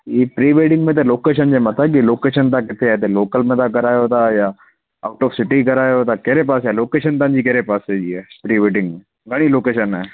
ही pre wedding में त लोकेशन जे मथां की लोकेशन किथे आहे तव्हां लोकल में था करायो आउट ऑफ़ सिटी करायातो कहिड़े पासे आहे लोकेशन तव्हांजी केरे पासे जी आहे प्री वेडिंग कहिड़ी लोकेशन आहे